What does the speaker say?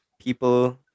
people